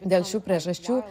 dėl šių priežasčių